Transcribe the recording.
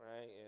right